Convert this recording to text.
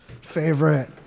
favorite